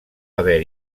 haver